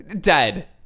dead